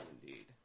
indeed